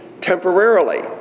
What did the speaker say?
temporarily